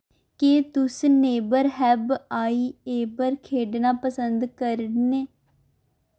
केह् तुस never have I ever खेढना पसंद करने